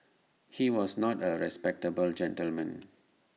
he was not A respectable gentleman